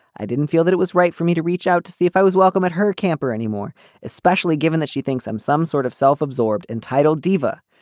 i didn't feel that it was right for me to reach out to see if i was welcome at her camper anymore especially given that she thinks i'm some sort of self-absorbed entitled diva.